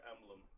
Emblem